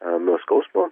nuo skausmo